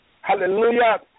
Hallelujah